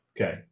Okay